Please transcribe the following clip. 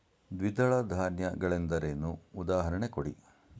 ದ್ವಿದಳ ಧಾನ್ಯ ಗಳೆಂದರೇನು, ಉದಾಹರಣೆ ಕೊಡಿ?